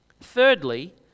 thirdly